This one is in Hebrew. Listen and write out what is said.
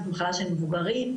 מחלה של מבוגרים,